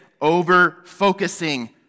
over-focusing